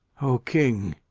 o king,